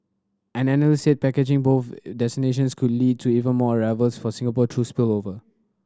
an analyst said packaging both destinations could lead to even more arrivals for Singapore through spillover